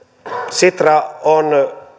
sitra on